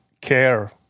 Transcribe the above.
care